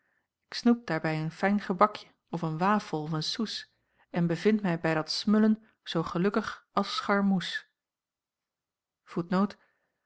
snoep daarbij een fijn gebakjen of een wafel of een soes en bevind mij bij dat smullen zoo gelukkig als scharmoes